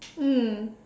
mm